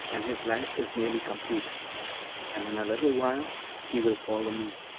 and his life is nearly complete and in a little while he will follow me,